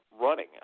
running